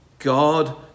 God